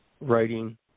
writing